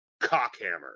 Cockhammer